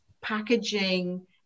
packaging